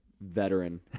veteran